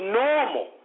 normal